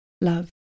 love